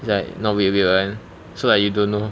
it's like not weird weird [one] so like you don't know